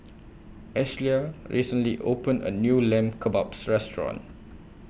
Ashlea recently opened A New Lamb Kebabs Restaurant